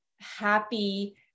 happy